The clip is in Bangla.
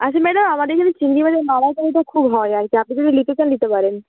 আচ্ছা ম্যাডাম আমাদের কিন্তু চিংড়ি মাছের মালাইকারিটা খুব হয় আপনি যদি নিতে চান নিতে পারেন